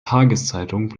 tageszeitung